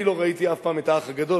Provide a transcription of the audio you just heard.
אני לא ראיתי אף פעם את "האח הגדול",